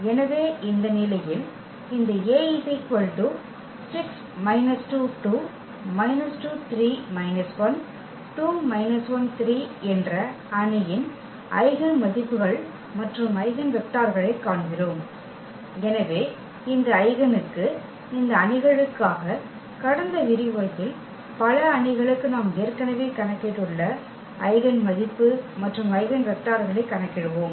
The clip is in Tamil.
எனவே இந்த நிலையில் இந்த A என்ற அணியின் ஐகென் மதிப்புகள் மற்றும் ஐகென் வெக்டர்களைக் காண்கிறோம் எனவே இந்த ஐகெனுக்கு இந்த அணிகளுக்காக கடந்த விரிவுரையில் பல அணிகளுக்கு நாம் ஏற்கனவே கணக்கிட்டுள்ள ஐகென் மதிப்பு மற்றும் ஐகென் வெக்டர்களைக் கணக்கிடுவோம்